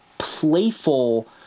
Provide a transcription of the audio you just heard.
playful